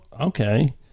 okay